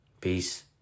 Peace